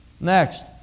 Next